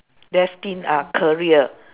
destined ah career